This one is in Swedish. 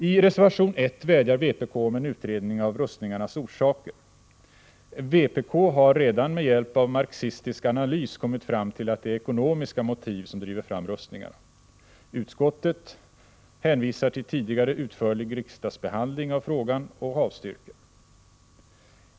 I reservation 1 vädjar vpk om en utredning av rustningarnas orsaker. Vpk har redan med hjälp av marxistisk analys kommit fram till att det är ekonomiska motiv som driver fram rustningarna. Utskottet hänvisar till tidigare utförlig riksdagsbehandling av frågan och avstyrker.